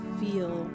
feel